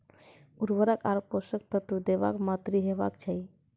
उर्वरक आर पोसक तत्व देवाक मात्राकी हेवाक चाही?